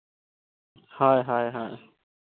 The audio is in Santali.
ᱦᱳᱭ ᱦᱳᱭ ᱦᱳᱭ